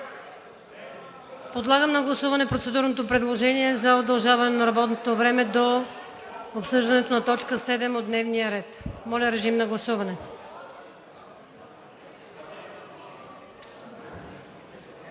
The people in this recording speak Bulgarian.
Подлагам на гласуване процедурното предложение за удължаване на работното време до обсъждането на точка седем от дневния ред. Гласували